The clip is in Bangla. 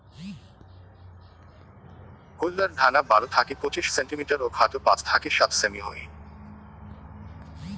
কইল্লার ঢাঙা বারো থাকি পঁচিশ সেন্টিমিটার ও খাটো পাঁচ থাকি সাত সেমি হই